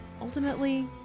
Ultimately